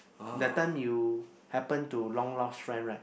that time you happen to long lost friend right